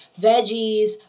veggies